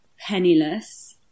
penniless